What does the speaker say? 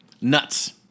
Nuts